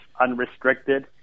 unrestricted